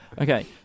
okay